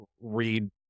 read